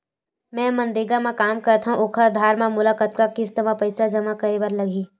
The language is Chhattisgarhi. मैं मनरेगा म काम करथव, ओखर आधार म मोला कतना किस्त म पईसा जमा करे बर लगही?